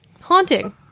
Haunting